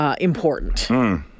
important